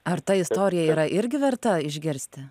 ar ta istorija yra irgi verta išgirsti